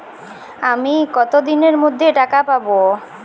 আমি কতদিনের মধ্যে টাকা পাবো?